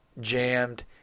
jammed